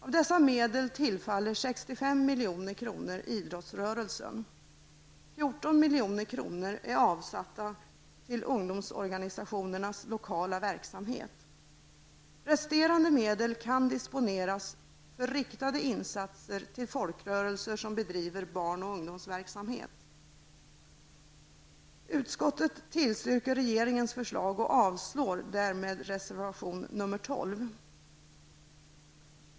Av dessa medel tillfaller 65 milj.kr. idrottsrörelsen. 14 milj.kr. är avsatta till ungdomsorganisationernas lokala verksamhet. Resterande medel kan disponeras för riktade insatser till folkrörelser som bedriver barn och ungdomsverksamhet. Utskottet tillstyrker regeringens förslag och avstår därmed reservation 12.